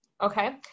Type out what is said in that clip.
Okay